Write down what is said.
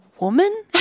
woman